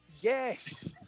Yes